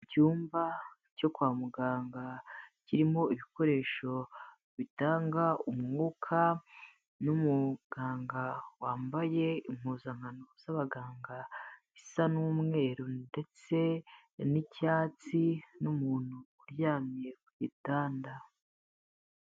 Icyumba cyo kwa muganga kirimo ibikoresho bitanga umwuka n'umuganga wambaye impuzankano z'abaganga isa n'umweru ndetse n'icyatsi n'umuntu uryamye ku gitanda.